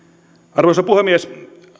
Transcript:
arvoisa puhemies